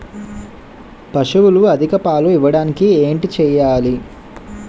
పశువులు అధిక పాలు ఇవ్వడానికి ఏంటి చేయాలి